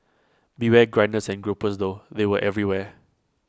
beware grinders and gropers though they were everywhere